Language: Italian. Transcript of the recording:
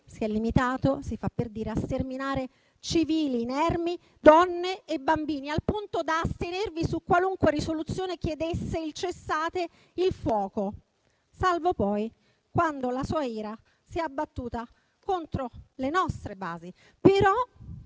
si è limitato, si fa per dire, a sterminare civili inermi, donne e bambini, al punto da astenervi su qualunque risoluzione chiedesse il cessate il fuoco, salvo quando la sua ira si è poi abbattuta contro le nostre basi.